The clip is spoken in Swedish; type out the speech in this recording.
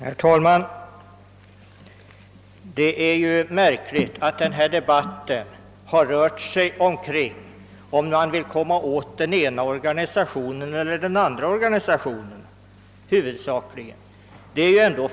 Herr talman! Det är märkligt att denna debatt huvudsakligen har rört sig om huruvida man vill komma åt den ena eller den andra organisationen.